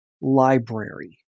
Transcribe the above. library